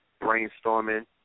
brainstorming